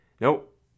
Nope